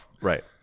right